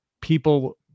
people